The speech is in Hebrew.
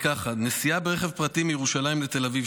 נסיעה ברכב פרטי מירושלים לתל אביב,